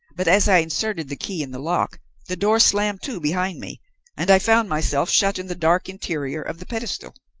but as i inserted the key in the lock the door slammed to behind me and i found myself shut in the dark interior of the pedestal.